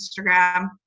Instagram